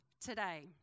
today